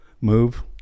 move